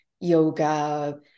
yoga